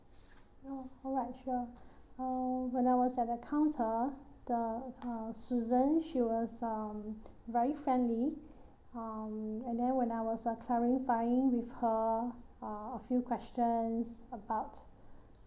oh alright sure uh when I was at the counter the uh susan she was um very friendly um and then when I was uh clarifying with her a few questions about